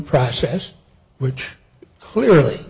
process which clearly